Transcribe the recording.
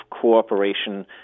cooperation